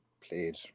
played